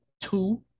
two